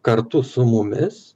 kartu su mumis